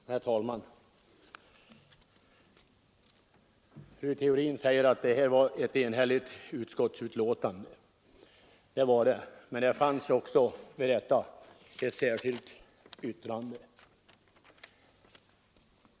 Herr talman! Fru Theorin säger att det var ett enhälligt utskottsbetänkande förra året. Det var det, men det fanns vid betänkandet också ett särskilt yttrande.